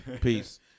Peace